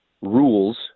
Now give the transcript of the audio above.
rules